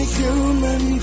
human